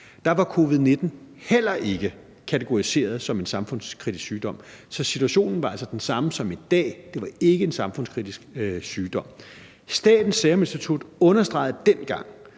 var covid-19 heller ikke kategoriseret som en samfundskritisk sygdom. Så situationen var altså den samme som i dag: Det var ikke en samfundskritisk sygdom. Statens Serum Institut understregede dengang,